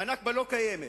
ה"נכבה" לא קיימת,